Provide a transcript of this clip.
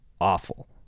awful